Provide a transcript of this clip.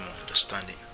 understanding